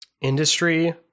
industry